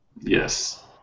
Yes